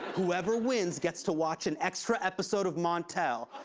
whoever wins gets to watch an extra episode of montel.